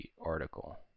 article